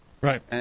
Right